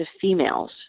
females